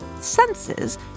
senses